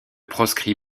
proscrit